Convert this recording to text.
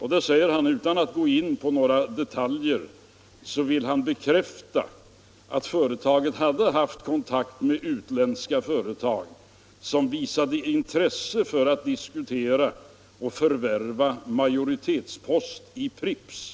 Han säger att utan att gå in på några Onsdagen den detaljer vill han bekräfta att företaget haft kontakt med utländska företag, 12 mars 1975 som visat intresse för att diskutera ett förvärv av en majoritetspost i Santos Pripps.